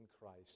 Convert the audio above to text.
Christ